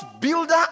builder